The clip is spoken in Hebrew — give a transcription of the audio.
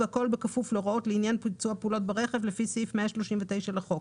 והכול בכפוף להוראות לעניין ביצוע פעולות ברכב לפי סעיף 139 לחוק.